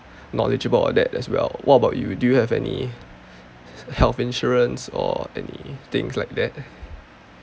knowledgeable about all that as well what about you do you have any health insurance or anything like that